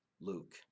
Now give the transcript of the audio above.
luke